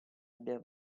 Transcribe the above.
abbia